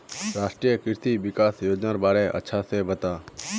राष्ट्रीय कृषि विकास योजनार बारे अच्छा से बता